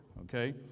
Okay